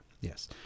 Yes